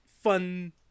fun